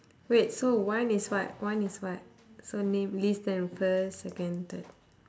wait so one is what one is what so name list to refer first second and third